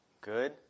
Good